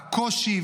הקושי,